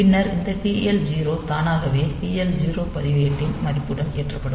பின்னர் இந்த TL 0 தானாகவே TH0 பதிவேட்டின் மதிப்புடன் ஏற்றப்படும்